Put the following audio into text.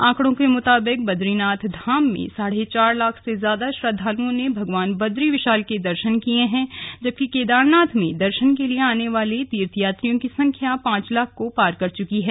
आंकड़ों के मुताबिक बदरीनाथ धाम में साढ़े चार लाख से ज्यादा श्रद्वालुओं ने बद्री विशाल के दर्शन किए हैं जबकि केदारनाथ में दर्शन के लिए आने वाले तीर्थयात्रियों की संख्या पांच लाख को पार कर च्रकी है